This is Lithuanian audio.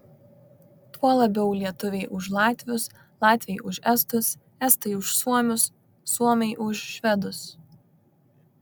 tuo labiau lietuviai už latvius latviai už estus estai už suomius suomiai už švedus